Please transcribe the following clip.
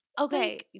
okay